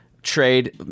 Trade